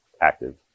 active